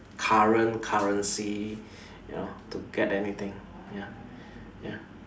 current currency you know to get anything ya ya